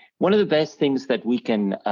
one of the best things that we can